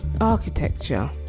architecture